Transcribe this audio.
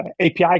API